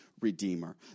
redeemer